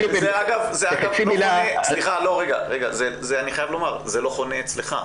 אני חייב לומר, זה לא חונה אצלך.